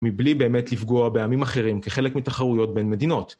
מבלי באמת לפגוע בעמים אחרים כחלק מתחרויות בין מדינות.